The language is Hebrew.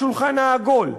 בשולחן העגול,